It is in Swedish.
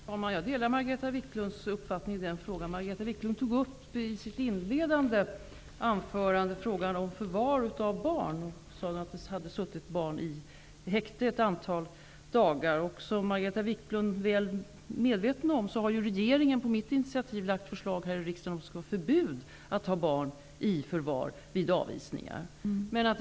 Herr talman! Jag delar Margareta Viklunds uppfattning i den frågan. Hon tog i sitt inledande anförande upp frågan om förvar av barn, och hon sade att barn hade suttit i häkte ett antal dagar. Som Margareta Viklund är väl medveten om, har regeringen på mitt initiativ lagt fram förslag här i riksdagen om förbud mot att ha barn i förvar vid avvisningar.